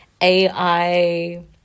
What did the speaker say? AI